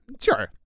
Sure